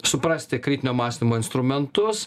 suprasti kritinio mąstymo instrumentus